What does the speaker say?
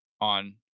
on